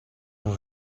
vous